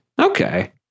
Okay